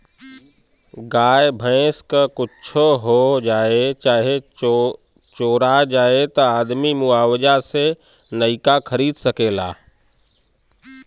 गाय भैंस क कुच्छो हो जाए चाहे चोरा जाए त आदमी मुआवजा से नइका खरीद सकेला